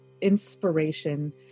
inspiration